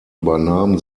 übernahm